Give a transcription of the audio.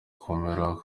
komera